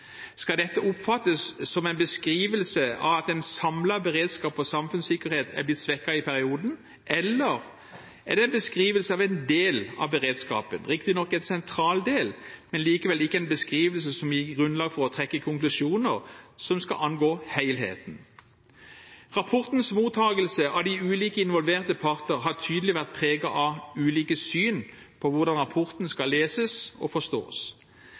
Skal dette oppfattes som en beskrivelse av at den samlede beredskap og samfunnssikkerhet er blitt svekket i perioden, eller er det en beskrivelse av en del av beredskapen? Det er riktignok en sentral del, men likevel ikke en beskrivelse som gir grunnlag for å trekke konklusjoner som skal angå helheten. Rapportens mottagelse av de ulike involverte parter har tydelig vært preget av ulike syn på hvordan rapporten skal leses og forstås.